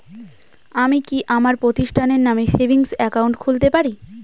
আমি কি আমার প্রতিষ্ঠানের নামে সেভিংস একাউন্ট খুলতে পারি?